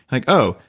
like, oh,